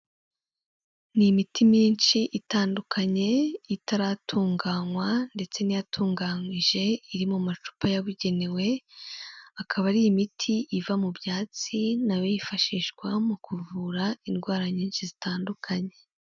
Ni imiti myinshi itandukanye itaratunganywa ndetse n'iyatunganyijwe, iri mu macupa yabugenewe, akaba ari imiti iva mu byatsi na yo yifashishwa mu kuvura indwara nyinshi zitandukanye.